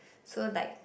so like